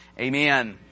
Amen